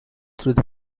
through